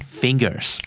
fingers